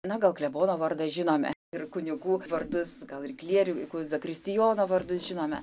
na gal klebono vardą žinome ir kunigų vardus gal ir klierikų zakristijono vardus žinome